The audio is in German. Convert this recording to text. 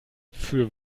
für